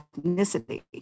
ethnicity